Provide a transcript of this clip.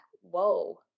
whoa